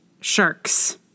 Sharks